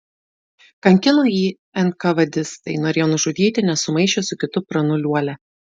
kankino jį enkavedistai norėjo nužudyti nes sumaišė su kitu pranu liuolia